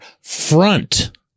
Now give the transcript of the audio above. front